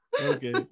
Okay